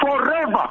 forever